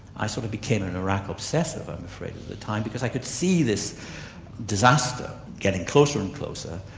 i sort of became an iraq obsessive i'm afraid at the time, because i could see this disaster getting closer and closer.